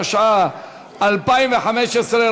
התשע"ה 2015,